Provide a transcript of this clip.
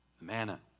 manna